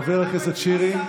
חבר הכנסת שירי.